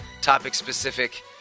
topic-specific